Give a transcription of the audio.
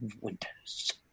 winters